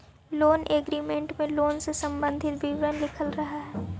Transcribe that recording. loan agreement में loan से संबंधित विवरण लिखल रहऽ हई